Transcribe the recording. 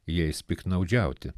jais piktnaudžiauti